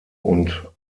und